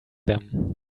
them